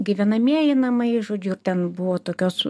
gyvenamieji namai žodžiu ten buvo tokios